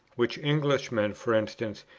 which englishmen, for instance,